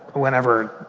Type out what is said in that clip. whenever